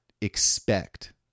expect